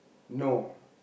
no